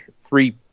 three